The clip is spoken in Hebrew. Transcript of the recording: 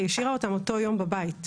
היא השאירה אותם אותו יום בבית.